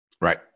Right